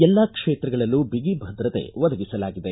ಎಲ್ಲಾ ಕ್ಷೇತ್ರಗಳಲ್ಲೂ ಬಿಗಿ ಭದ್ರತೆ ಒದಗಿಸಲಾಗಿದೆ